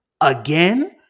again